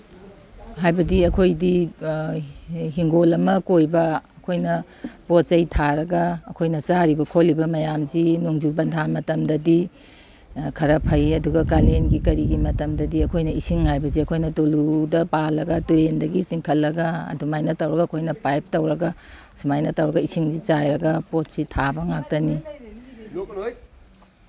ꯍꯥꯏꯕꯗꯤ ꯑꯩꯈꯣꯏꯗꯤ ꯍꯤꯡꯒꯣꯟ ꯑꯃ ꯀꯣꯏꯕ ꯑꯩꯈꯣꯏꯅ ꯄꯣꯠ ꯆꯩ ꯊꯥꯔꯒ ꯑꯩꯈꯣꯏꯅ ꯆꯥꯔꯤꯕ ꯈꯣꯠꯂꯤꯕ ꯃꯌꯥꯝꯁꯤ ꯅꯣꯡꯖꯨ ꯄꯟꯊꯥ ꯃꯇꯝꯗꯗꯤ ꯈꯔ ꯐꯩ ꯑꯗꯨꯒ ꯀꯥꯂꯦꯟꯒꯤ ꯀꯔꯤꯒꯤ ꯃꯇꯝꯗꯗꯤ ꯑꯩꯈꯣꯏꯅ ꯏꯁꯤꯡ ꯍꯥꯏꯕꯁꯤ ꯑꯩꯈꯣꯏꯅ ꯇꯨꯂꯨꯗ ꯄꯥꯜꯂꯒ ꯇꯨꯔꯦꯗꯒꯤ ꯆꯤꯡꯈꯠꯂꯒ ꯑꯗꯨꯃꯥꯏꯅ ꯇꯧꯔꯒ ꯑꯩꯈꯣꯏꯅ ꯄꯥꯏꯞ ꯇꯧꯔꯒ ꯁꯨꯃꯥꯏꯅ ꯇꯧꯔ ꯏꯁꯤꯡꯁꯤ ꯆꯥꯏꯔꯒ ꯄꯣꯠꯁꯤ ꯊꯥꯕ ꯉꯥꯛꯇꯅꯤ